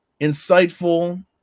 insightful